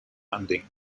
funding